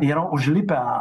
yra užlipę